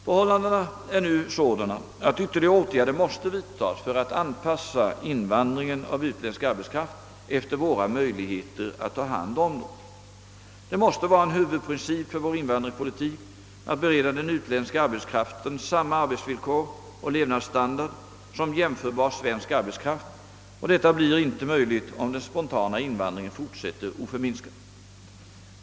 Förhållandena är nu sådana att ytterligare åtgärder måste vidtas för att anpassa invandringen av utländsk arbets kraft efter våra möjligheter att ta hand om den. Det måste vara en huvudprincip för vår invandringspolitik att bereda den utländska arbetskraften samma arbetsvillkor och levnadsstandard som jämförbar svensk arbetskraft och detta blir inte möjligt om den spontana invandringen fortsätter oförminskad.